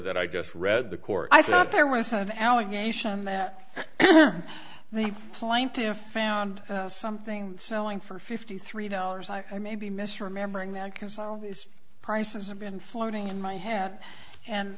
that i just read the court i thought there was an allegation that the plaintiffs found something selling for fifty three dollars i may be misremembering that because all these prices have been floating in my head and